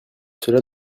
cela